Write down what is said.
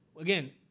Again